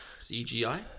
CGI